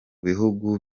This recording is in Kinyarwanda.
bihugu